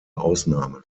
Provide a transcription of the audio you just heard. ausnahmen